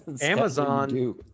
Amazon